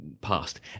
past